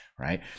right